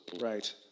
Right